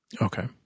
Okay